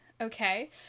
okay